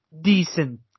decent